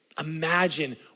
imagine